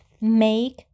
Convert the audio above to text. make